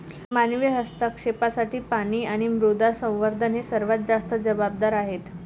मानवी हस्तक्षेपासाठी पाणी आणि मृदा संवर्धन हे सर्वात जास्त जबाबदार आहेत